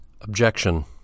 Objection